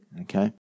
Okay